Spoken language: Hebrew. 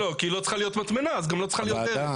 כי אם לא צריכה להיות מטמנה אז גם לא צריכה להיות דרך.